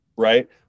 Right